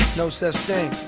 no such thing.